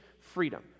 freedom